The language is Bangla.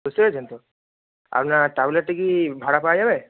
বুঝতে পেরেছেন তো আপনার ট্রাভেলারটা কী ভাড়া পাওয়া যাবে